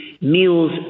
meals